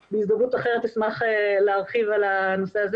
אני בהזדמנות אחרת אשמח להרחיב על הנושא הזה